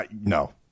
No